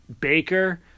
Baker